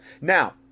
now